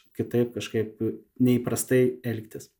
kitaip kažkaip neįprastai elgtis